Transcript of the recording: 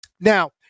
Now